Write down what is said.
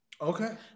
Okay